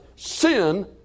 Sin